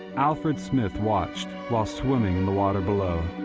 alfred smith watched while swimming in the water below.